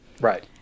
Right